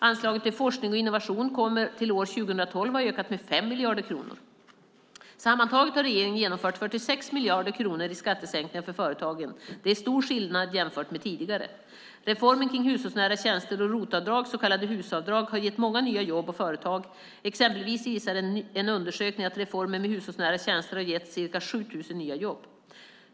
Anslaget till forskning och innovation kommer till år 2012 att ha ökat med 5 miljarder kronor. Sammantaget har regeringen genomfört 46 miljarder kronor i skattesänkningar för företagen. Det är stor skillnad jämfört med tidigare. Reformen kring hushållsnära tjänster och ROT-avdrag, så kallade HUS-avdrag, har gett många nya jobb och företag. Exempelvis visar en undersökning att reformen med hushållsnära tjänster har gett ca 7 000 nya jobb.